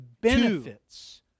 benefits